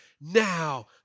Now